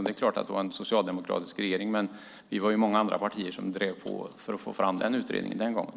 Visserligen var regeringen då socialdemokratisk, men vi var många partier som den gången drev på för att få fram utredningen.